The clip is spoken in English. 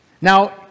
Now